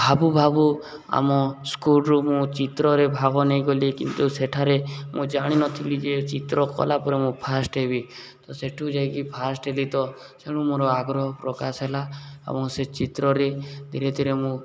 ଭାବୁ ଭାବୁ ଆମ ସ୍କୁଲରୁ ମୁଁ ଚିତ୍ରରେ ଭାବ ନେଇଗଲି କିନ୍ତୁ ସେଠାରେ ମୁଁ ଜାଣିନଥିଲି ଯେ ଚିତ୍ର କଲା ପରେ ମୁଁ ଫାର୍ଷ୍ଟ ହେବି ତ ସେଠୁ ଯାଇକି ଫାର୍ଷ୍ଟ ହେଲି ତ ତେଣୁ ମୋର ଆଗ୍ରହ ପ୍ରକାଶ ହେଲା ଏବଂ ସେ ଚିତ୍ରରେ ଧୀରେ ଧୀରେ ମୁଁ